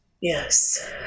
Yes